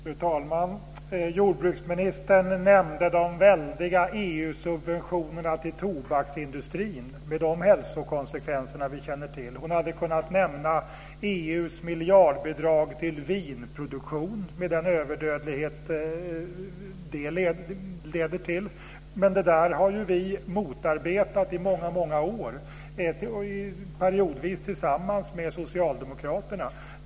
Fru talman! Jordbruksministern nämnde de väldiga EU-subventionerna till tobaksindustrin, med de hälsokonsekvenser vi känner till. Hon hade kunnat nämna EU:s miljardbidrag till vinproduktion, med den överdödlighet det leder till. Det har vi motarbetat i många år, periodvis tillsammans med socialdemokraterna.